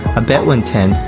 a bedouin tent,